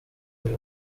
kuri